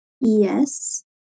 Yes